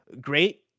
great